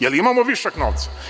Da li imamo višak novca?